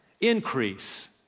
increase